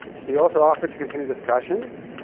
he also offered to continue discussions,